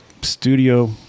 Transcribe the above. Studio